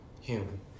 human